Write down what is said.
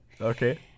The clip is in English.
Okay